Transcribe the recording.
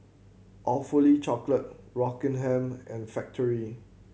Awfully Chocolate Rockingham and Factorie